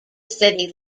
city